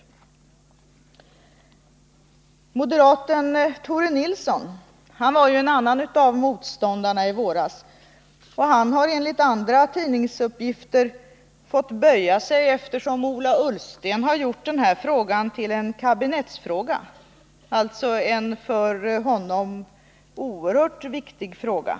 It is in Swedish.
13 december 1979 Moderaten Tore Nilsson var en annan av motståndarna i våras. Han har enligt andra tidningsuppgifter fått böja sig, eftersom Ola Ullsten har gjort — Jämställdhet meldenna fråga till en kabinettsfråga, alltså en för honom oerhört viktig fråga.